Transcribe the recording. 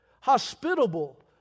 Hospitable